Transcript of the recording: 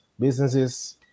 businesses